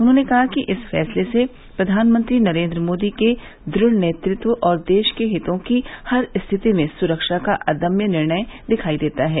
उन्होंने कहा कि इस फैसले से प्रधानमंत्री नरेन्द्र मोदी का दृढ़ नेतृत्व और देश के हितों की हर स्थिति में सुरक्षा का अदम्य निर्णय दिखाई देता है